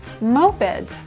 Moped